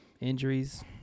injuries